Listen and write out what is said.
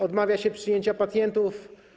Odmawia się przyjęcia pacjentów.